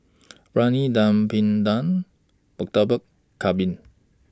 Briyani Dum Png Murtabak Kambing